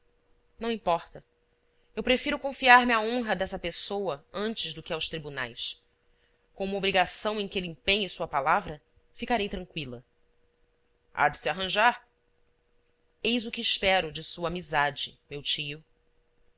não importa eu prefiro confiar me à honra dessa pessoa antes do que aos tribunais com uma obrigação em que ele empenhe sua palavra ficarei tranqüila há de se arranjar eis o que espero de sua amizade meu tio